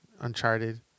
Uncharted